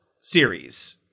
series